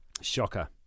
Shocker